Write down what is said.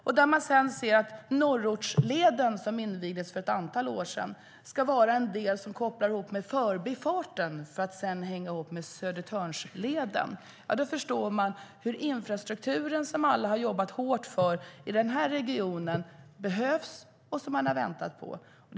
Och man ser att Norrortsleden, som invigdes för ett antal år sedan, ska vara en del som kopplar ihop med Förbifarten för att sedan hänga ihop med Södertörnsleden. Då förstår man hur infrastrukturen, som alla har jobbat hårt för i den här regionen, behövs. Och man har väntat på den.